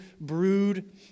brood